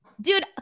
Dude